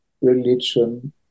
religion